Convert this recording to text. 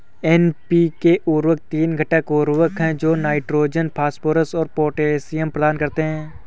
NPK उर्वरक तीन घटक उर्वरक हैं जो नाइट्रोजन, फास्फोरस और पोटेशियम प्रदान करते हैं